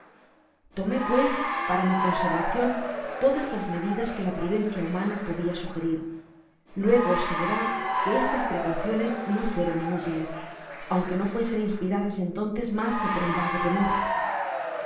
tomé pues para mi conservacion todas las medidas que la prudencia humana podia sugerir luego se verá que estas precauciones no fueron inútiles aunque no fuesen inspiradas entonces mas que por un vago temor